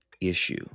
issue